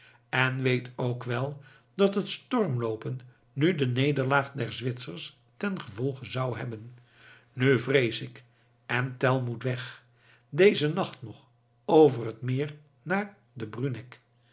en weet ook wel dat het stormloopen nu de nederlaag der zwitsers ten gevolge zou hebben nu vrees ik en tell moet weg dezen nacht nog over het meer naar den bruneck